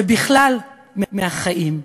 ובכלל, מהחיים.